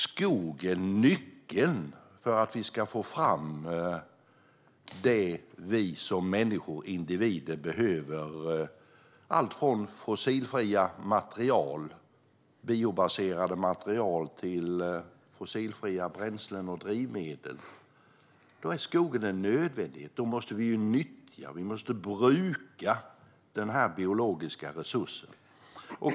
Skogen är nyckeln för att vi ska få fram det vi som människor och individer behöver - allt från fossilfria, biobaserade material till fossilfria bränslen och drivmedel. Skogen är en nödvändighet. Vi måste nyttja och bruka denna biologiska resurs.